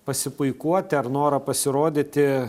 pasipuikuoti ar noro pasirodyti